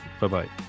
bye-bye